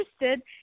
interested